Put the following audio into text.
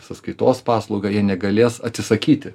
sąskaitos paslaugą jie negalės atsisakyti